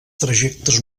trajectes